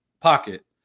pocket